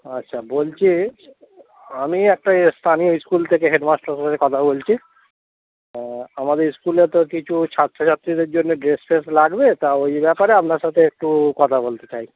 আচ্ছা বলছি আমি একটা স্থানীয় স্কুল থেকে হেডমাস্টার আপনার সাথে কথা বলছি আমাদের স্কুলে তো কিছু ছাত্র ছাত্রীদের জন্য ড্রেস ফ্রেস লাগবে তা ওই ব্যাপারে আপনার সাথে একটু কথা বলতে চাই